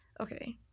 okay